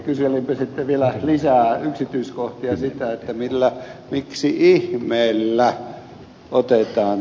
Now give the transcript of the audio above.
kyselinpä sitten vielä lisää yksityiskohtia siitä miksi ihmeessä otetaan tällaisia riskejä